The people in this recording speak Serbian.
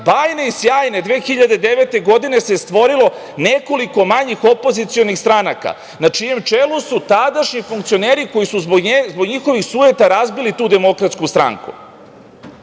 bajne i sjajne, 2009. godine se stvorilo nekoliko manjih opozicionih stranaka na čijem čelu su tadašnji funkcioneri, koji su zbog njihovih sujeta razbili tu DS. Znate šta